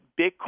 Bitcoin